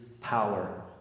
power